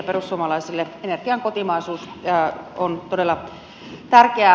perussuomalaisille energian kotimaisuus on todella tärkeää